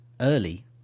early